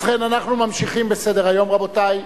ובכן, אנחנו ממשיכים בסדר-היום, רבותי.